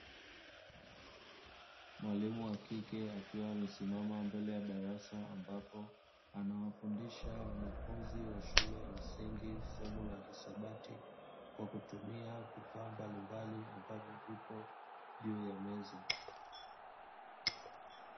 Mwalimu wa kike akiwa amesimama mbele ya darasa ambapo anawafundisha wanafunzi wa shule ya msingi somo la hisabati, kwa kutumia vifaa mbalimbali ambavyo vipo juu ya meza.